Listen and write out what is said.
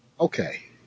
okay